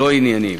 לא ענייניים.